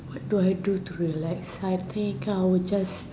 what do I do to relax I think I would just